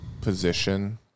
position